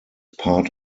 part